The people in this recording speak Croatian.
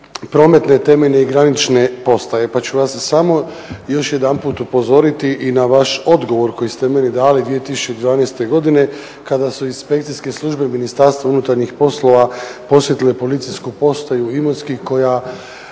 prometne i temeljne i granične postaje, pa ću vas samo još jedanput upozoriti i na vaš odgovor koji ste meni dali 2012. godine kada su inspekcijske službe u Ministarstvu unutarnjih poslova posjetile policijsku postaju Imotski koja